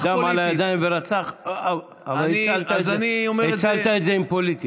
כי דם על הידיים ורצח, הצלת את זה עם "פוליטי".